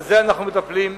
בזה אנחנו מטפלים,